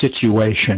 situation